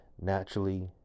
naturally